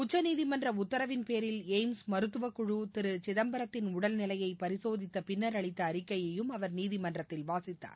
உச்சநீதிமன்ற உத்தரவின் பேரில் எய்ம்ஸ் மருத்துவக் குழு திரு சிதம்பரத்தின் உடல் நிலையை பரிசோதித்தப் பின்னர் அளித்த அறிக்கையையும் அவர் நீதிமன்றத்தில் வாசித்தார்